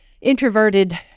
introverted